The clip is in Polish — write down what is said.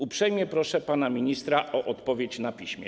Uprzejmie proszę pana ministra o odpowiedź na piśmie.